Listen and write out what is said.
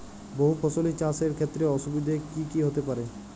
বহু ফসলী চাষ এর ক্ষেত্রে অসুবিধে কী কী হতে পারে?